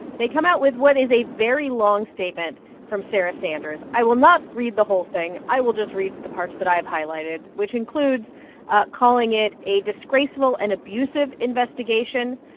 they come out with what is a very long statement from sarah sanders. i will not read the whole thing. i will just read the parts that i have highlighted, which includes calling it a disgraceful and abusive investigation,